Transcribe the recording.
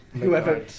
whoever